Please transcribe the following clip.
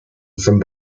from